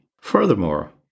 Furthermore